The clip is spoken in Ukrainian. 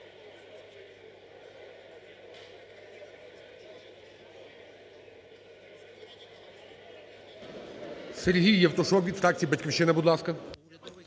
Сергій Євтушок від фракції "Батьківщина", будь ласка.